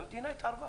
והמדינה התערבה.